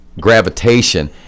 gravitation